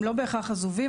הם לא בהכרח עזובים,